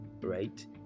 right